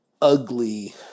ugly